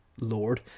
lord